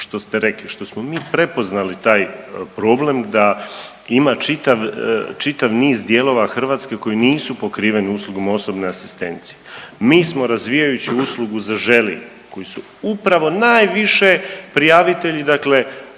što ste rekli, što smo mi prepoznali taj problem da ima čitav, čitav niz dijelova Hrvatske koji nisu pokriveni uslugom osobne asistencije. Mi smo razvijajući uslugu „Zaželi“ koju su upravo najviše prijavitelji dakle